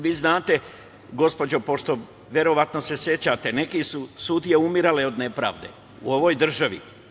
Vi znate, gospođo, pošto se verovatno sećate, neke su sudije umirale od nepravde u ovoj državi.